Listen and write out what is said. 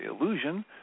illusion